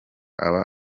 aba